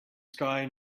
sky